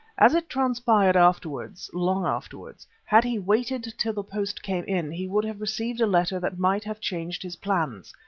as it transpired afterwards, long afterwards, had he waited till the post came in he would have received a letter that might have changed his plans.